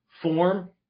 form